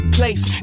place